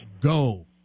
go